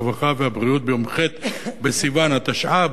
הרווחה והבריאות ביום ח' בסיוון התשע"ב,